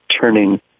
turning